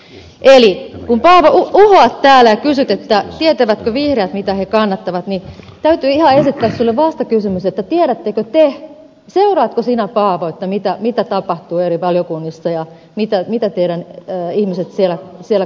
eli kun paavo uhoat täällä ja kysyt tietävätkö vihreät mitä he kannattavat niin täytyy ihan esittää sinulle vastakysymys että tiedättekö te seuraatko sinä paavo mitä tapahtuu eri valiokunnissa ja mitä teidän ihmiset siellä kannattavat